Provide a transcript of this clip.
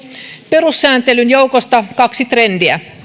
perussääntelyn joukosta kaksi trendiä